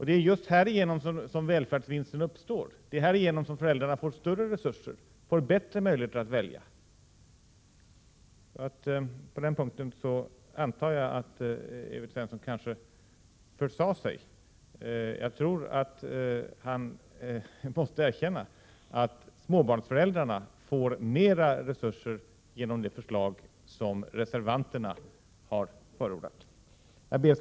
Det är just härigenom som välfärdsvinsten uppstår — det är härigenom som föräldrarna får större resurser, bättre möjligheter att välja, så på den punkten antar jag att Evert Svensson försade sig. Jag tror att han måste erkänna att småbarnsföräldrarna får mera resurser genom det förslag som reservanterna har förordat. Herr talman!